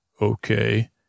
Okay